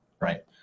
right